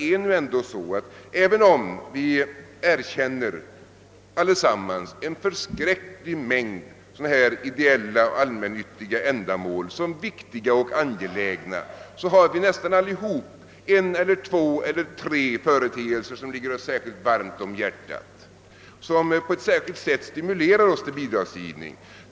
Även om vi erkänner en väldig mängd ideella och allmännyttiga ändamål som viktiga och angelägna har vi ju nästan alla en eller två eller tre företeelser som ligger oss särskilt varmt om hjärtat och på ett särskilt sätt stimulerar oss till bidragsgivning.